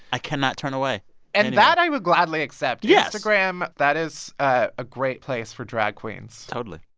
i cannot turn away and that i would gladly accept yes instagram that is a great place for drag queens totally.